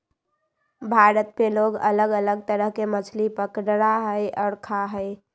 भारत में लोग अलग अलग तरह के मछली पकडड़ा हई और खा हई